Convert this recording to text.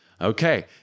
okay